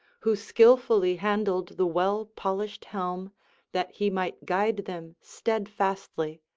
who skilfully handled the well-polished helm that he might guide them steadfastly,